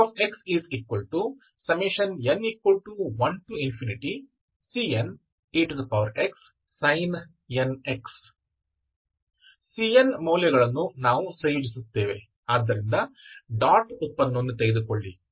fxn1cnexsin nx cn ಮೌಲ್ಯಗಳನ್ನು ನಾವು ಸಂಯೋಜಿಸುತ್ತೇವೆ ಆದ್ದರಿಂದ ಡಾಟ್ ಉತ್ಪನ್ನವನ್ನು ತೆಗೆದುಕೊಳ್ಳಿ